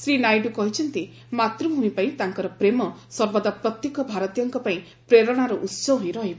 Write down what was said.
ଶ୍ରୀ ନାଇଡୁ କହିଛନ୍ତି ମାତୃଭୂମି ପାଇଁ ତାଙ୍କର ପ୍ରେମ ସର୍ବଦା ପ୍ରତ୍ୟେକ ଭାରତୀୟଙ୍କ ପାଇଁ ପ୍ରେରଣାର ଉସ୍ଥ ହୋଇ ରହିବ